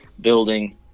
building